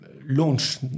launch